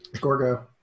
Gorgo